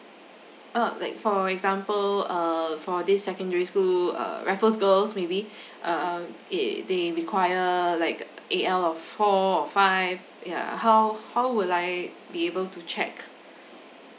ah like for example err for this secondary school uh raffles girls maybe um it they require like A_L or four or five yeah how how would I be able to check